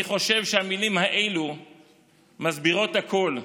אני חושב שהמילים האלו מסבירות הכול.